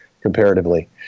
comparatively